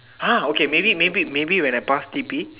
!huh! okay maybe maybe maybe when I pass T_P